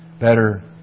better